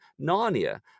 narnia